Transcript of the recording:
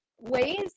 ways